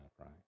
right